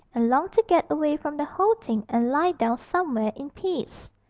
and long to get away from the whole thing and lie down somewhere in peace.